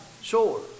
Sure